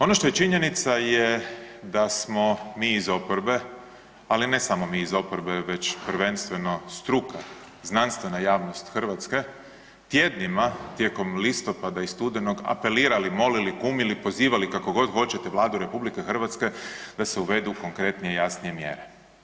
Ono što je činjenica je da smo mi iz oporbe ali i ne samo mi iz oporbe već prvenstveno struka, znanstvena javnost Hrvatske, tjednika tijekom listopada i studenog apelirali, molili, kumili, pozivali, kako god hoćete, Vladu RH da se uvedu konkretnije i jasnije mjere.